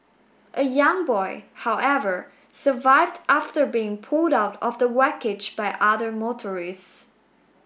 a young boy however survived after being pulled out of the by other motorists